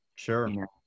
sure